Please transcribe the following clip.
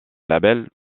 labels